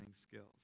skills